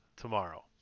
tomorrow